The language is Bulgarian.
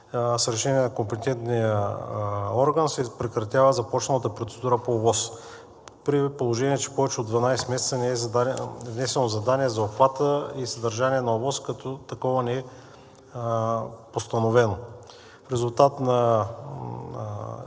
с решение на компетентния орган се прекратява започналата процедура по ОВОС, при положение че повече от 12 месеца не е внесено задание за обхвата и съдържанието на ОВОС, като такова не е постановено. Запознавайки